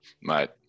Mate